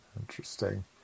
Interesting